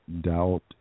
doubt